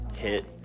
hit